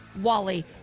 Wally